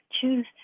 choose